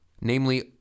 namely